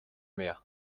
mehr